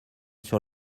sur